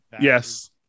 yes